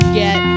get